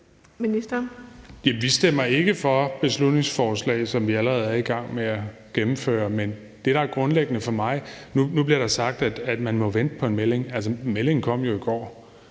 Vi stemmer ikke for beslutningsforslag, som vi allerede er i gang med at gennemføre. Nu bliver sagt, at man må vente på en melding. Altså, meldingen kom jo i går.